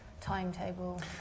timetable